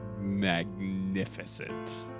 magnificent